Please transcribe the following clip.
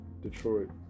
Detroit